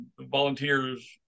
volunteers